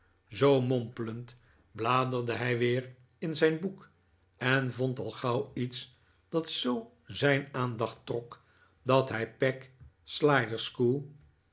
zoo mompelend bladerde hij weer in zijn boek en vond al gauw iets dat zoo zijn aandacht trok dat hij peg